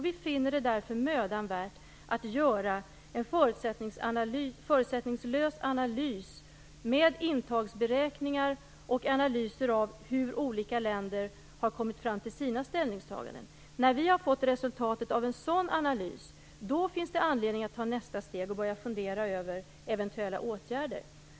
Vi finner det därför mödan värt att göra en förutsättningslös analys med intagsberäkningar och analyser av hur olika länder har kommit fram till sina ställningstaganden. När vi har fått resultatet av en sådan analys finns det anledning att ta nästa steg och börja fundera över eventuella åtgärder.